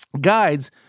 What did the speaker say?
guides